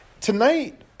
Tonight